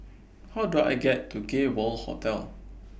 How Do I get to Gay World Hotel